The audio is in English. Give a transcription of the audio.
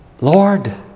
Lord